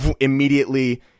immediately